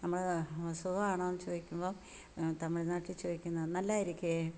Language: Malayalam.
നമ്മൾ സുഖമാണോയെന്നു ചോദിക്കുമ്പം തമിഴ്നാട്ടിൽ ചോദിക്കുന്നത് നല്ലതായിരിക്കുമേ